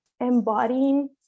embodying